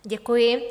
Děkuji.